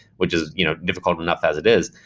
which is you know difficult enough as it is.